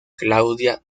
claudia